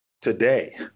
today